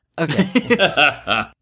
Okay